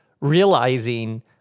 realizing